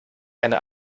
eine